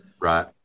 Right